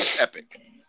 Epic